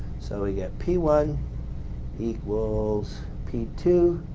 so, we get p one equals p two